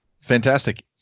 Fantastic